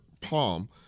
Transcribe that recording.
palm